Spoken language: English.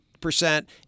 percent